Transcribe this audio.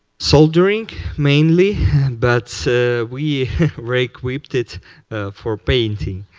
soldering, mainly, and but so we requipped it for painting.